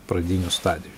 pradinių stadijų